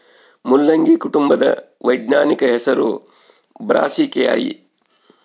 ಮುಲ್ಲಂಗಿ ಕುಟುಂಬದ ವೈಜ್ಞಾನಿಕ ಹೆಸರು ಬ್ರಾಸಿಕೆಐ